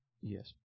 Yes